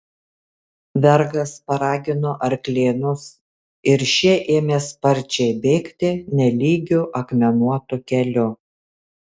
vergas paragino arklėnus ir šie ėmė sparčiai bėgti nelygiu akmenuotu keliu